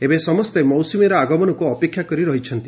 ଏବେ ସମସ୍ତେ ମୌସୁମୀର ଆଗମନକୁ ଅପେକ୍ଷା କରି ରହିଛନ୍ତି